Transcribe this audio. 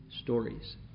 stories